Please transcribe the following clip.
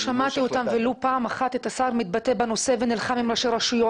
-- לא שמעתי פעם אחת את השר מתבטא בנושא ונלחם עם ראשי רשויות.